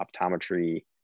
optometry